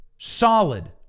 solid